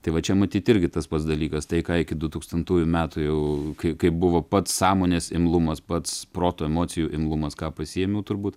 tai va čia matyt irgi tas pats dalykas tai ką iki du tūkstantųjų metų jau kaip buvo pats sąmonės imlumas pats proto emocijų imlumas ką pasiėmiau turbūt